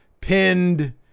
pinned